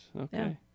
Okay